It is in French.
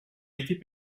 été